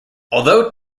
although